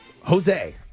Jose